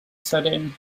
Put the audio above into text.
sydyn